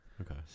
Okay